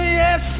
yes